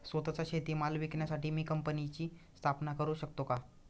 स्वत:चा शेतीमाल विकण्यासाठी मी कंपनीची स्थापना करु शकतो का?